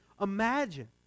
imagine